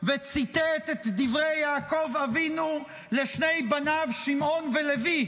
וציטט את דברי יעקב אבינו לשני בניו שמעון ולוי,